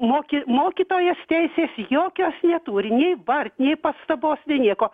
moki mokytojas teisės jokios neturi nei bart nei pastabos nieko